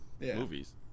movies